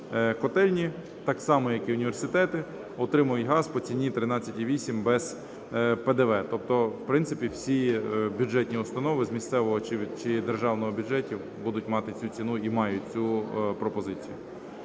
котельні, так само, як і університети, отримують газ по ціні 13,8 без ПДВ. Тобто, в принципі, всі бюджетні установи з місцевого чи державного бюджетів будуть мати цю ціну і мають цю пропозицію.